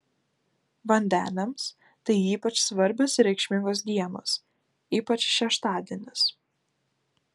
vandeniams tai ypač svarbios ir reikšmingos dienos ypač šeštadienis